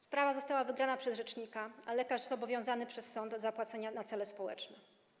Sprawa została wygrana przez rzecznika, a lekarz został zobowiązany przez sąd do zapłacenia na cele społeczne.